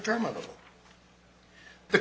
terminal the